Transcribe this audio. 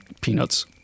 Peanuts